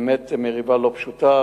אני מתכבד לפתוח את ישיבת הכנסת.